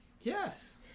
Yes